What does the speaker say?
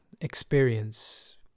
experience